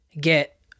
get